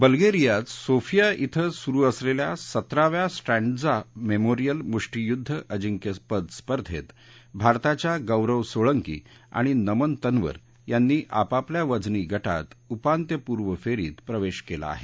बल्गेरियात Sofia इथं सुरू असलेल्या सत्तराव्या स्ट्रडिजा मेमोरीयल मुष्टियुद्ध अजिंक्यपद स्पर्धेत भारताच्या गौरव सोळंकी आणि नमन तन्वर यांनी आपापल्या वजनी गटात उपांत्यपूर्व फेरीत प्रवेश केला आहे